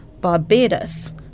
Barbados